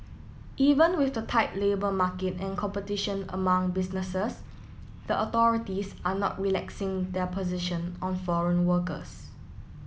even with the tight labour market and competition among businesses the authorities are not relaxing their position on foreign workers